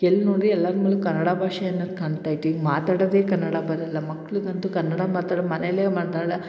ಎಲ್ಲಿ ನೋಡಿ ಎಲ್ಲರ ಮನೇಲೂ ಕನ್ನಡ ಭಾಷೆ ಅನ್ನೊದು ಕಾಣ್ತಾ ಇತ್ತು ಈಗ ಮಾತಾಡೊದೆ ಕನ್ನಡ ಬರಲ್ಲ ಮಕ್ಳಿಗಂತು ಕನ್ನಡ ಮಾತಾಡು ಮನೇಲೆ ಮಾತಾಡ